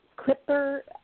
Clipper